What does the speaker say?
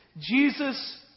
Jesus